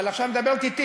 אבל עכשיו את מדברת אתי.